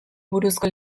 buruzko